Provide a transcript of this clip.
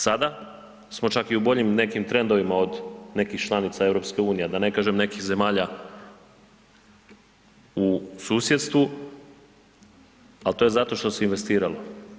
Sada smo čak i u nekim boljim trendovima od nekih članica EU, da ne kažem nekih zemalja u susjedstvu, ali to je zato što se investiralo.